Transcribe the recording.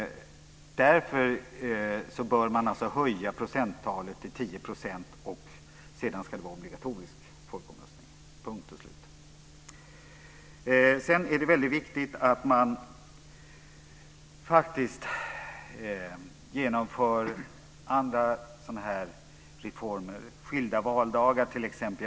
Därför bör man höja procentsatsen till 10 %. Sedan ska det vara en obligatorisk folkomröstning - punkt och slut. Det är också viktigt att man genomför andra reformer också. Det gäller t.ex. skilda valdagar.